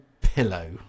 pillow